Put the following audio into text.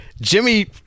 Jimmy